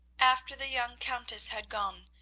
after the young countess had gone,